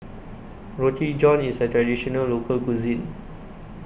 Roti John IS A Traditional Local Cuisine